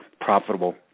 profitable